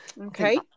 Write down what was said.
okay